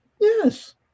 Yes